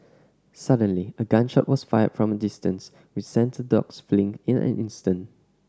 suddenly a gun shot was fired from a distance which sent the dogs fleeing in an instant